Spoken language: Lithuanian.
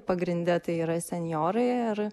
pagrinde tai yra senjorai ar